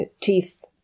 teeth